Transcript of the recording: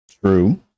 True